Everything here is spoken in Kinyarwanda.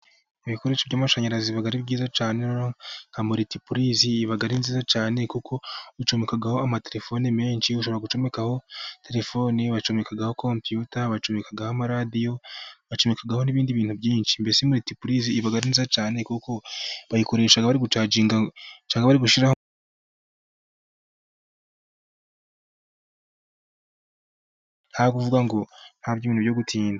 Ibikoresho by'amashanyarazi biba ari byiza cyane, nkamuritipurize iba ari nziza cyane, kuko uyi comekaho ama telefoni menshi, ushobora gucomekaho telefoni, bacumbikaho kompiyuta, bacumbikaho amaradiyo, bacomekaho n'ibindi bintu byinshi, mbese miritipurizi iba ari nziza cyane, bayikoresha nta by'ibintu byo gutinda.